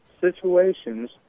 situations